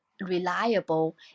reliable